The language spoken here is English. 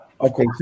Okay